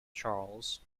charles